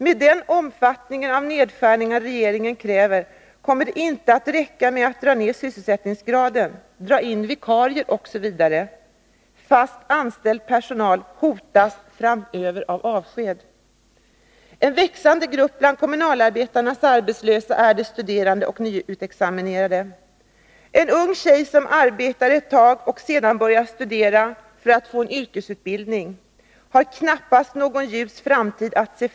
Med den omfattning av nedskärningarna som regeringen kräver kommer det inte att räcka med att minska sysselsättningsgraden, dra in vikariat osv. Fast anställd personal hotas framöver av avsked. En växande grupp bland kommunalarbetarnas arbetslösa är de studerande och de nyutexaminerade. En ung tjej som arbetar ett tag och sedan börjar studera för att få en yrkesutbildning har knappast någon ljus framtid att vänta.